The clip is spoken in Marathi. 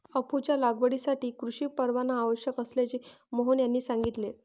अफूच्या लागवडीसाठी कृषी परवाना आवश्यक असल्याचे मोहन यांनी सांगितले